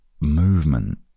movement